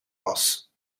was